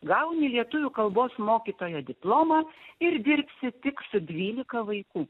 gauni lietuvių kalbos mokytoja diplomą ir dirbsi tik su dvylika vaikų